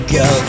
go